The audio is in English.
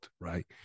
right